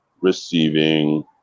receiving